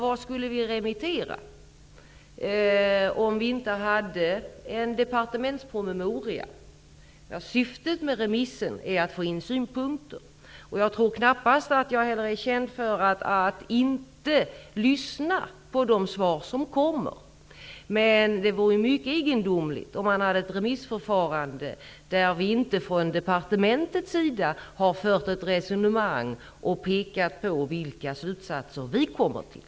Vad skulle vi remittera, om vi inte har en departementspromemoria? Syftet med remissen var att få in synpunkter. Jag tror knappast att jag är känd för att inte lyssna på de svar som kommer in. Men det vore mycket egendomligt om man hade ett remissförfarande där vi från departementets sida inte har fört ett resonemang och pekat på vilka slutsatser regeringen kommit fram till.